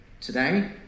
Today